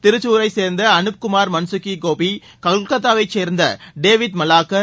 திருக்சூரைச் சேர்ந்த அனுப் குமார் மன்சுக்கி கோபி கொல்கத்தாவைச் சேர்ந்த டேவிட் மலாக்கார்